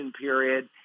period